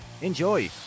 Enjoy